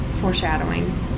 Foreshadowing